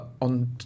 on